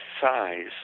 size